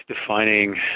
defining